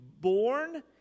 born